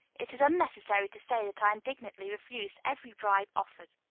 it is unnecessary to say that i indignantly refused every bribe offered.